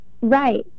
Right